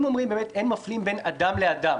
אם אומרים שאין מפלים בין אדם לאדם